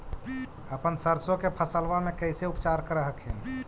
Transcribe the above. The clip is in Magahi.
अपन सरसो के फसल्बा मे कैसे उपचार कर हखिन?